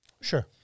Sure